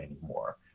anymore